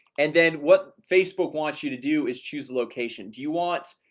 and then what facebook wants you to do is choose a location do you want?